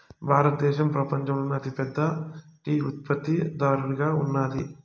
భారతదేశం పపంచంలోనే అతి పెద్ద టీ ఉత్పత్తి దారుగా ఉన్నాది